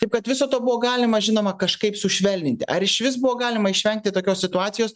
taip kad viso to buvo galima žinoma kažkaip sušvelninti ar išvis buvo galima išvengti tokios situacijos